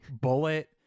bullet